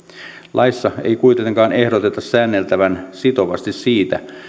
laissa ei kuitenkaan ehdoteta säänneltävän sitovasti siitä